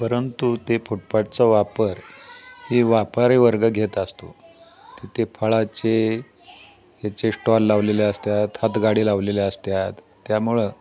परंतु ते फुटपाटचा वापर हे व्यापारी वर्ग घेत असतो तिथे फळाचे ह्याचे स्टॉल लावलेले असतात हातगाडी लावलेले असतात त्यामुळं